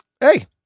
hey